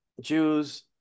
Jews